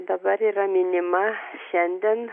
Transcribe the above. dabar yra minima šiandien